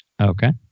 Okay